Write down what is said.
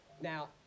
Now